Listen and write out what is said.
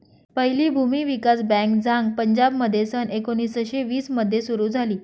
पहिली भूमी विकास बँक झांग पंजाबमध्ये सन एकोणीसशे वीस मध्ये सुरू झाली